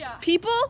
people